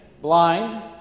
blind